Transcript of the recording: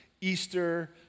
Easter